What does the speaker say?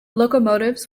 locomotives